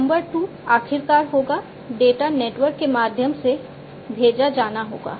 number 2 आखिरकार होगा data network के माध्यम से भेजा जाना होगा